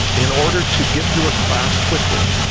in order to get through a class quickly,